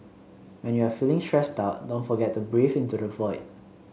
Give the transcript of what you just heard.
when you are feeling stressed out don't forget to breathe into the void